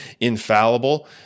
infallible